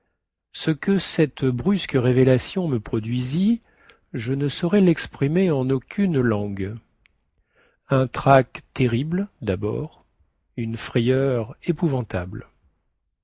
ce que cette brusque révélation me produisit je ne saurais lexprimer en aucune langue un trac terrible dabord une frayeur épouvantable